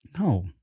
No